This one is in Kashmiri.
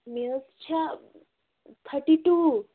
مےٚ حظ چھےٚ تھٲرٹی ٹُو